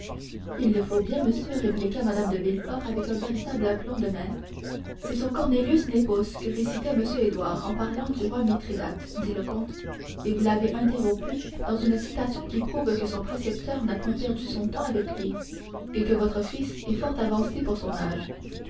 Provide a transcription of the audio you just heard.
il le faut bien monsieur répliqua mme de villefort avec un véritable aplomb de mère c'est son cornelius nepos que récitait m édouard en parlant du roi mithridate dit le comte et vous l'avez interrompu dans une citation qui prouve que son précepteur n'a point perdu son temps avec lui et que votre fils est fort avancé pour son âge